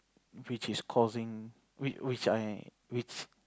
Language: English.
which is causing which I which